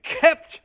kept